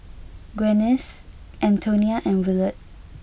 Gwyneth Antonia and Willard